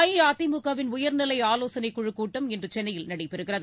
அஇஅதிமுகவின் உயர்நிலை ஆலோசனைக் குழுக் கூட்டம் இன்று சென்னையில் நடைபெறுகிறது